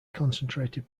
concentrated